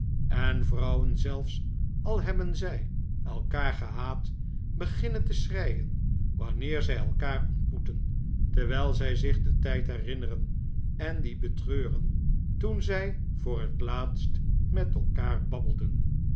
en vrouwen zelfs al hebben zij elkaar gehaat beginnen te schreien wanneer zij elkaar ontmoeten terwijl zij zich den tijd herinneren en dien betreuren toen zij voor het laatst met elkaar babbelden